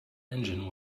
engine